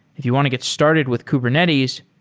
if you want to get started with kubernetes,